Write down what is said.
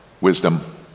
wisdom